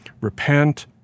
Repent